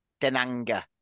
Denanga